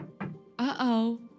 Uh-oh